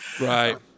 right